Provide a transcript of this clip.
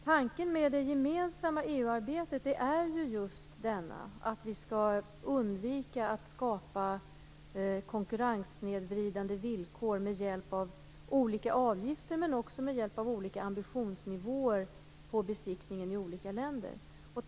Tanken med det gemensamma EU-arbetet är just att vi skall undvika att skapa konkurrenssnedvridande villkor med hjälp av olika avgifter, men också med hjälp av olika ambitionsnivåer för besiktningen i olika länder.